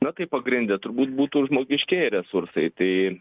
na tai pagrinde turbūt būtų žmogiškieji resursai tai